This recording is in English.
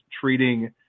treating